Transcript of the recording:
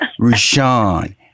Rashawn